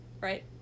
right